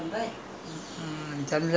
ah singapura restaurant lah